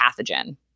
pathogen